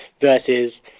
Versus